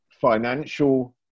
financial